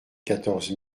quatorze